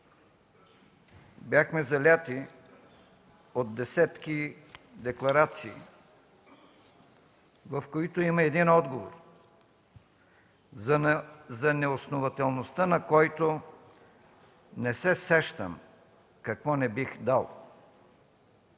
Бяхме заляти от десетки декларации, в които има един отговор за неоснователността на който не се сещам какво не бих дал.